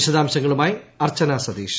വിശദാംശങ്ങളുമായി അർച്ചന സതീശ്